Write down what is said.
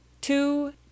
two